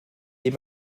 des